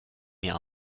mir